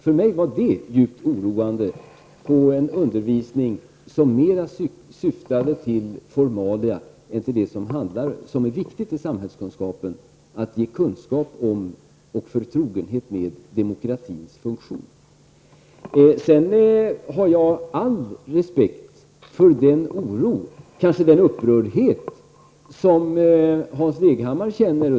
För mig var det ett oroande exempel på en undervisning som mera syftar till formalia än det som är viktigt för samhällskunskapen, nämligen att ge kunskap om och förtrogenhet med demokratins funktion. Jag har all respekt för den oro och kanske den upprördhet som Hans Leghammar känner.